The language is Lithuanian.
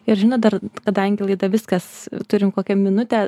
ir žinot dar kadangi laida viskas turim kokią minutę